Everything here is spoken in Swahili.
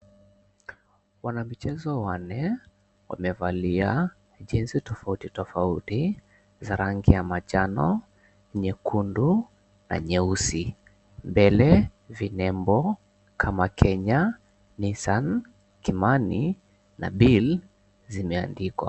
Wanamichezo wanne wamevalia jezi tofauti tofauti za rangi ya manjano, nyekundu na nyeusi. Mbele vinembo kama Kenya, nissan, Kimani na Bill zimeandikwa.